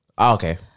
Okay